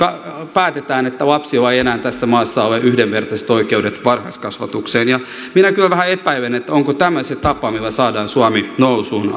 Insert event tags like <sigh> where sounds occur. päätetään että lapsilla ei enää tässä maassa ole yhdenvertaiset oikeudet varhaiskasvatukseen ja minä kyllä vähän epäilen onko tämä se tapa millä saadaan suomi nousuun <unintelligible>